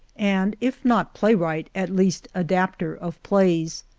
and, if not playwright, at least, adapter of plays.